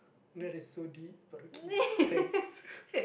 that's so deep but okay thanks